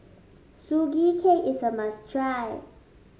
Sugee Cake is a must try